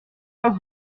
pas